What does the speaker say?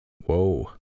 Whoa